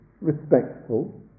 respectful